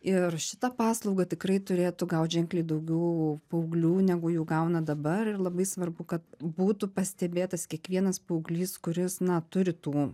ir šitą paslaugą tikrai turėtų gaut ženkliai daugiau paauglių negu jų gauna dabar labai svarbu kad būtų pastebėtas kiekvienas paauglys kuris na turi tų